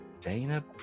Dana